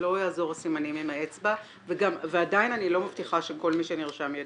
לא יעזרו הסימנים עם האצבע ועדיין אני לא מבטיחה שכל מי שנרשם ידבר.